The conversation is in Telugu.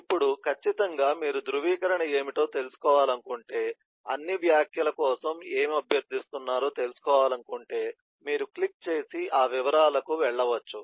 ఇప్పుడు ఖచ్చితంగా మీరు ధ్రువీకరణ ఏమిటో తెలుసుకోవాలనుకుంటే అన్ని వ్యాఖ్యల కోసం ఏమి అభ్యర్థిస్తున్నారో తెలుసుకోవాలనుకుంటే మీరు క్లిక్ చేసి ఆ వివరాలకు వెళ్ళవచ్చు